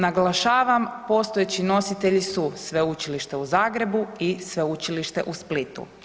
Naglašavam postojeći nositelji su Sveučilište u Zagrebu i Sveučilištu u Splitu.